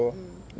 mm